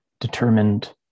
determined